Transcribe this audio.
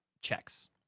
checks